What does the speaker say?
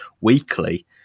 weekly